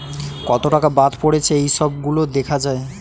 কত টাকা বাদ পড়েছে এই সব গুলো দেখা যায়